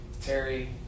Terry